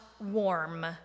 warm